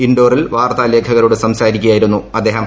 ഇൻഡോറിൽ വാർത്താ ലേഖകരോട് സംസാരിക്കുകയായിരുന്നു അദ്ദേഹം